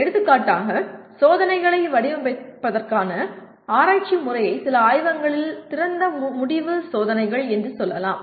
எடுத்துக்காட்டாக சோதனைகளை வடிவமைப்பதற்கான ஆராய்ச்சி முறையை சில ஆய்வகங்களில் திறந்த முடிவு சோதனைகள் என்று சொல்லலாம்